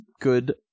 good